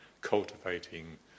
cultivating